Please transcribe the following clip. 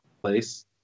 place